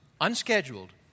unscheduled